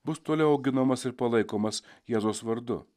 bus toliau auginamas ir palaikomas jėzaus vardu